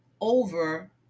over